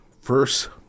First